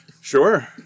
Sure